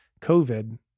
COVID